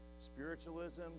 spiritualism